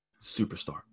superstar